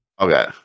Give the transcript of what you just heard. okay